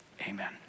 Amen